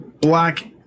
black